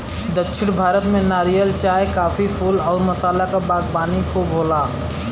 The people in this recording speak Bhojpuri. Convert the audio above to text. दक्षिण भारत में नारियल, चाय, काफी, फूल आउर मसाला क बागवानी खूब होला